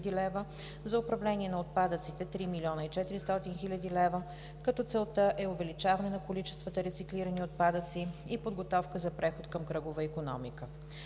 за управление на отпадъците – 3 млн. 400 хил. лв., като целта е увеличаване на количествата рециклирани отпадъци и подготовка за преход към кръгова икономика;